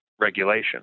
regulation